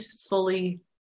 fully